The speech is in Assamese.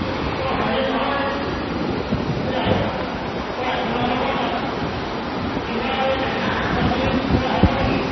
অ' হেৰি নহয় এই আপো ঐ আপোনালোকৰ তাত কিবা এই কেঁচা শাক পাচলি পোৱা হ'ব নেকি